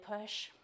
push